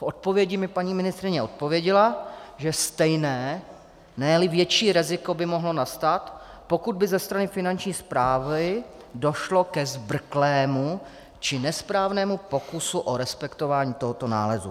V odpovědi mi paní ministryně odpověděla, že stejné, neli větší riziko by mohlo nastat, pokud by ze strany Finanční správy došlo ke zbrklému či nesprávnému pokusu o respektování tohoto nálezu.